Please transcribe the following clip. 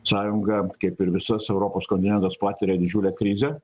sąjunga kaip ir visas europos kontinentas patiria didžiulę krizę